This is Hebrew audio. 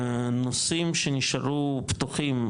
נושאים שנשארו פתוחים,